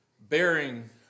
bearing